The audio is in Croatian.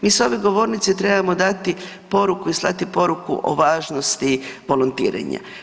Mi s ove govornice trebamo dati poruku i slati poruku o važnosti volontiranja.